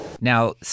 Now